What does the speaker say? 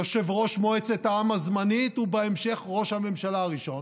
יושב-ראש מועצת העם הזמנית ובהמשך ראש הממשלה הראשון,